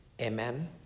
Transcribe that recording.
Amen